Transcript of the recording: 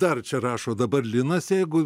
dar čia rašo dabar linas jeigu